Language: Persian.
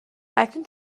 اکنون